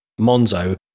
Monzo